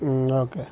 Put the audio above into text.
okay